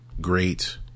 great